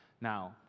Now